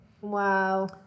Wow